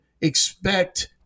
expect